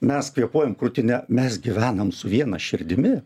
mes kvėpuojam krūtine mes gyvenam su viena širdimi